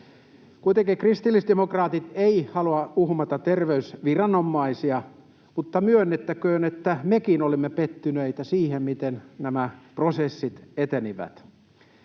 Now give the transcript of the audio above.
Kuitenkaan kristillisdemokraatit eivät halua uhmata terveysviranomaisia, mutta myönnettäköön, että mekin olemme pettyneitä siihen, miten nämä prosessit etenivät.